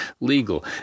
legal